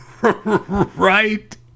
Right